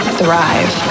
thrive